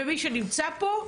ומי שנמצא פה,